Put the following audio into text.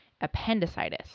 appendicitis